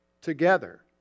together